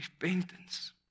repentance